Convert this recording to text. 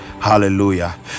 Hallelujah